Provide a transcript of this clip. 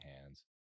hands